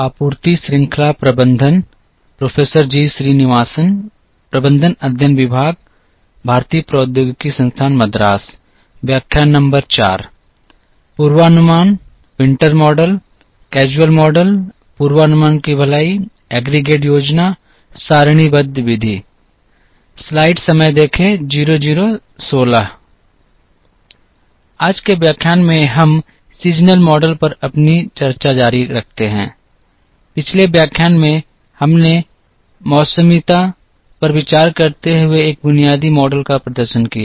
आज के व्याख्यान में हम मौसमी मॉडल पर अपनी चर्चा जारी रखते हैं पिछले व्याख्यान में हमने मौसमीता पर विचार करते हुए एक बुनियादी मॉडल का प्रदर्शन किया